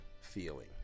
feeling